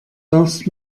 darfst